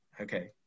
Okay